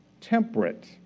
temperate